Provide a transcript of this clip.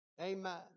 Amen